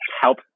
help